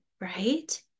right